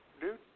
dude